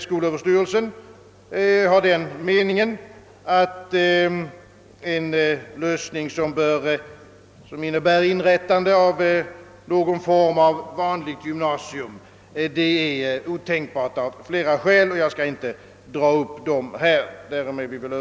Skolöverstyrelsen anser, att en lösning som innebär inrättande av någon form av vanligt gymnasium är otänkbar av flera skäl, som jag här inte skall gå in på.